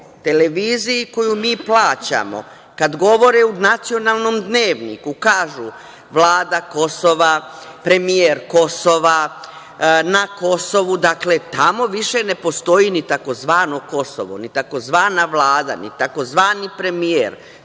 televiziji koju mi plaćamo, kada govore u nacionalnom dnevniku, kažu – Vlada Kosova, premijer Kosova, na Kosovu, dakle tamo više ne postoji ni tzv. Kosovo, ni tzv. Vlada, ni tzv. premijer.